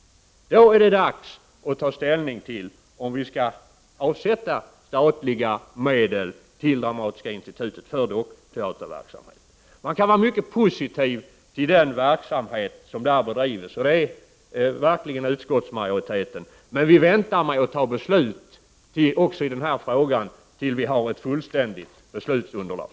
Då är det dags att ta ställning till om vi skall avsätta statliga medel till Dramatiska institutet för dockteaterverksamhet. Man kan vara mycket positiv till den verksamhet som där bedrivs, och utskottsmajoriteten är verkligen positiv. Men vi väntar med att fatta beslut i denna fråga tills vi har ett fullständigt beslutsunderlag.